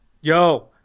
Yo